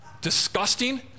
disgusting